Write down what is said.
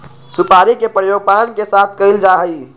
सुपारी के प्रयोग पान के साथ कइल जा हई